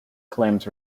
claims